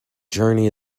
journey